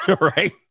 right